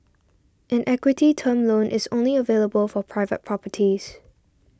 an equity term loan is only available for private properties